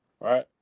right